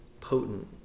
potent